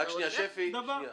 שפי, שנייה.